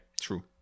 true